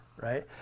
right